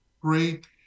great